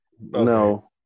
No